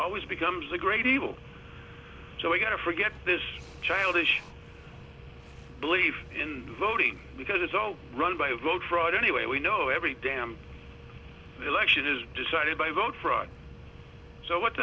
always becomes a great evil so i'm going to forget this childish belief in voting because it's all run by vote fraud anyway we know every damn election is decided by vote fraud so what